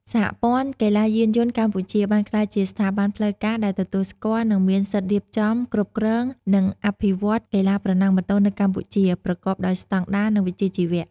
សហព័ន្ធកីឡាយានយន្តកម្ពុជា បានក្លាយជាស្ថាប័នផ្លូវការដែលទទួលស្គាល់ និងមានសិទ្ធិរៀបចំ គ្រប់គ្រង និងអភិវឌ្ឍកីឡាប្រណាំងម៉ូតូនៅកម្ពុជា ប្រកបដោយស្តង់ដារ និងវិជ្ជាជីវៈ។